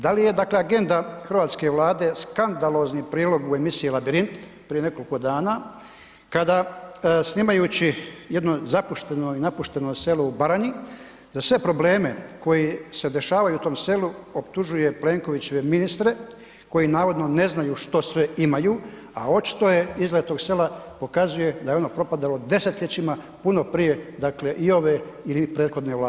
Da li je dakle agenda hrvatske Vlade skandalozni prilog u emisiji „Labirint“ prije nekoliko dana kada snimajući jednu zapušteno i napušteno selo u Baranji, za sve probleme koji se dešavaju u tom selu, optužuje Plenkovićeve ministre koji navodno ne znaju što sve imaju a očito je izgled tog sela pokazuje da ono propadalo desetljećima, puno prije dakle i ove i prethodne Vlade?